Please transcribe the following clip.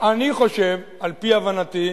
אני חושב, על-פי הבנתי,